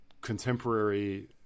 contemporary